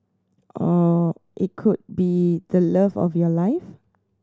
or it could be the love of your life